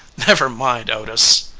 never mind, otis,